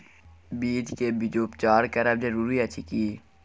बीज के बीजोपचार करब जरूरी अछि की?